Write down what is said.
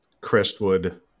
Crestwood